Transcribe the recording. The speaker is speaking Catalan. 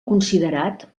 considerat